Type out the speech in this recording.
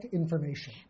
information